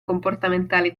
comportamentali